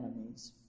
enemies